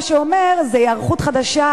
מה שזה אומר זה היערכות חדשה,